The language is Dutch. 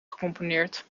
gecomponeerd